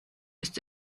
ist